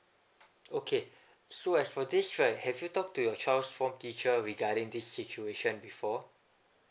okay so as for this right have you talk to your child's form teacher regarding this situation before